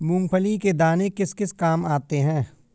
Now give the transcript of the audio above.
मूंगफली के दाने किस किस काम आते हैं?